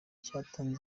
cyatanze